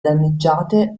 danneggiate